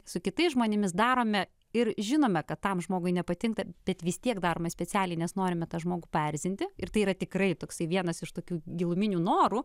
su kitais žmonėmis darome ir žinome kad tam žmogui nepatinka bet vis tiek darome specialiai nes norime tą žmogų paerzinti ir tai yra tikrai toksai vienas iš tokių giluminių norų